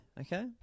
okay